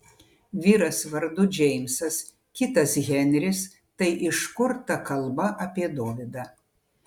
vyras vardu džeimsas kitas henris tai iš kur ta kalba apie dovydą